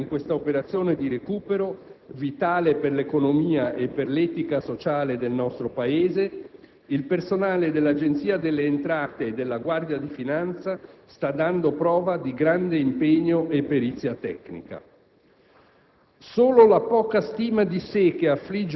Mi è particolarmente gradito sottolineare che in questa operazione di recupero, vitale per l'economia e per l'etica sociale del nostro Paese, il personale dell'Agenzia delle entrate e della Guardia di finanza sta dando prova di grande impegno e perizia tecnica.